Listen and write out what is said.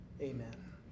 Amen